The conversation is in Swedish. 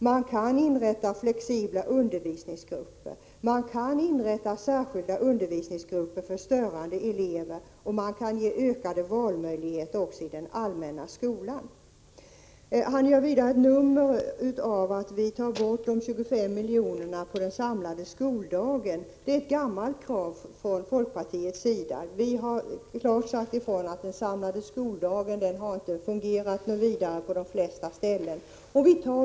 Man kan inrätta flexibla undervisningsgrupper. Man kan inrätta särskilda undervisningsgrupper för störande elever. Och man kan ge ökade valmöjligheter också i den allmänna skolan. Larz Johansson gör vidare ett nummer av att vi tar bort de 25 miljonerna från den samlade skoldagen. Det är ett gammalt krav från folkpartiet. Vi har klart sagt ifrån att den samlade skoldagen på de flesta ställen inte har fungerat särskilt bra.